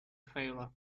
failure